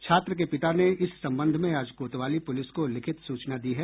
छात्र के पिता ने इस संबंध में आज कोतवाली पुलिस को लिखित सूचना दी है